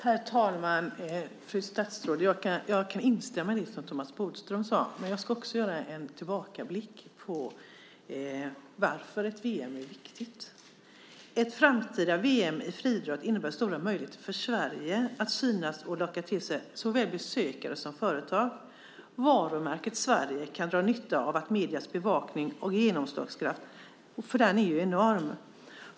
Herr talman och fru statsråd! Jag kan instämma i det Thomas Bodström har sagt. Men jag ska också göra en tillbakablick om varför ett VM är viktigt. Ett framtida VM i friidrott innebär stora möjligheter för Sverige att synas och locka till sig såväl besökare som företag. Varumärket Sverige kan dra nytta av mediernas bevakning och genomslagskraft. Den är ju enorm.